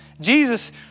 Jesus